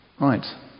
Right